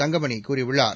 தங்கமணி கூறியுள்ளார்